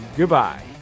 goodbye